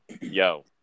yo